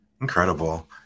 Incredible